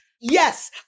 Yes